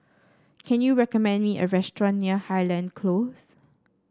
can you recommend me a restaurant near Highland Close